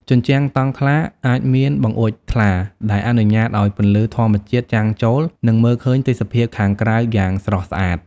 ជញ្ជាំងតង់ខ្លះអាចមានបង្អួចថ្លា ដែលអនុញ្ញាតឲ្យពន្លឺធម្មជាតិចាំងចូល និងមើលឃើញទេសភាពខាងក្រៅយ៉ាងស្រស់ស្អាត។